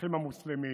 באחים המוסלמים,